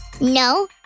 No